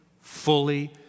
fully